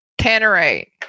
Tannerite